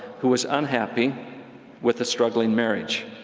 who was unhappy with a struggling marriage.